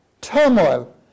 turmoil